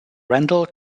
randall